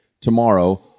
tomorrow